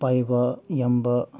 ꯄꯥꯏꯕ ꯌꯥꯝꯕ